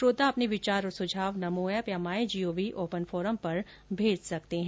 श्रोता अपने विचार और सुझाव नमो एप या माई जीओवी ओपन फोरम पर भेज सकते हैं